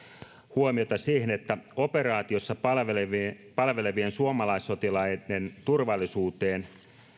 huomiota siihen että operaatiossa palvelevien palvelevien suomalaissotilaiden turvallisuuteen